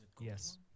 Yes